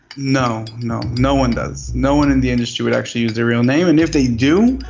no, no no one does, no one in the industry would actually use their real name and if they do,